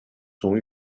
sont